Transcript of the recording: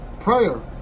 prayer